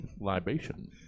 libation